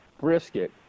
brisket